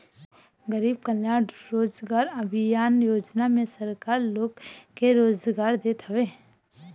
गरीब कल्याण रोजगार अभियान योजना में सरकार लोग के रोजगार देत हवे